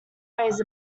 ways